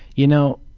you know,